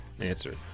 answer